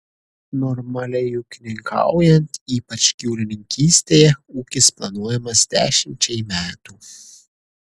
normaliai ūkininkaujant ypač gyvulininkystėje ūkis planuojamas dešimčiai metų